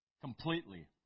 completely